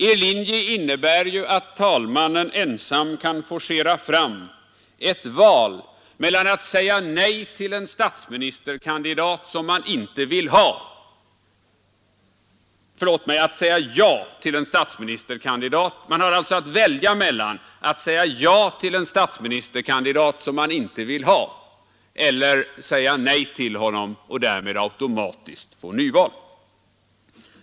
Er linje innebär ju att talmannen ensam kan forcera fram ett val mellan att säga ja till en statsministerkandidat som man icke vill ha eller att säga nej till honom och därmed automatiskt få nyval.